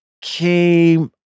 came